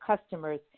customers